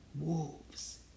wolves